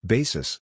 Basis